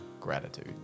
gratitude